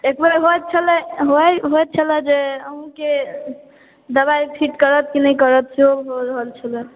एक बेर होइत छलै जे अहूँ के दबाइ ठीक करत की नहि करत सेहो भऽ रहल छलै